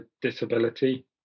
disability